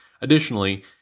Additionally